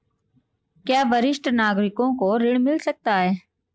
क्या वरिष्ठ नागरिकों को ऋण मिल सकता है?